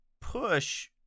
push